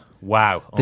Wow